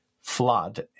flood